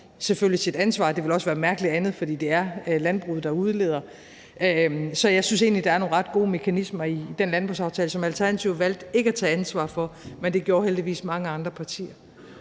sig deres ansvar, og det ville også være mærkeligt andet, for det er landbruget, der udleder. Så jeg synes egentlig, der er nogle ret gode mekanismer i den landbrugsaftale, som Alternativet valgte ikke at tage ansvar for. Men det gjorde mange andre partier